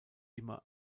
immer